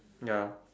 no